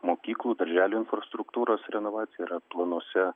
mokyklų darželių infrastruktūros renovacijai yra planuose